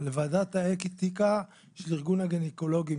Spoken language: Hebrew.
לוועדת האתיקה של ארגון הגינקולוגים.